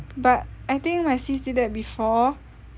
but I think my sis did that before